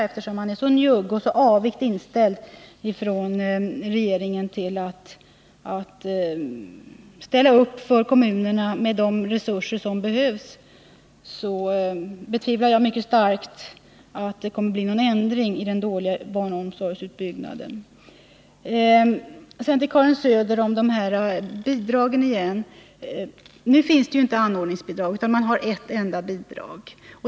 Eftersom regeringen är så njugg och så avigt inställd när det gäller att ställa upp för kommunerna med de resurser som behövs, betvivlar jag mycket starkt att det kommer att bli någon ändring i den dåliga barnomsorgsutbyggnaden. Sedan till Karin Söder om bidragen. Nu finns det ju inte anordningsbidrag, utan man har ett enda bidrag.